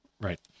Right